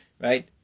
right